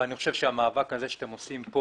אבל אני חושב שהמאבק הזה שאתם עושים פה